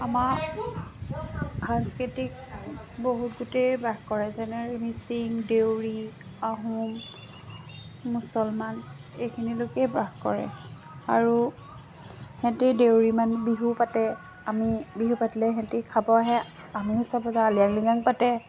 আমাৰ সাংস্কৃতিক বহুত গোটেই বাস কৰে যেনে মিচিং দেউৰী আহোম মুছলমান এইখিনি লোকেই বাস কৰে আৰু হেঁতি দেউৰী বিহু পাতে আমি বিহু পাতিলে হেঁতি খাব আহে আমিও চাব যাওঁ আলি আলি গাং পাতে